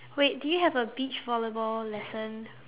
wait do you have a beach volleyball lesson